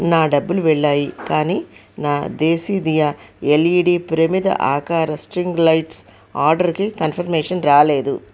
నా డబ్బులు వెళ్ళాయి కానీ నా దేశీదియా ఎల్ఈడి ప్రమిద ఆకార స్ట్రింగ్ లైట్స్ ఆర్డర్కి కన్ఫర్మేషన్ రాలేదు